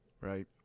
Right